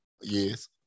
yes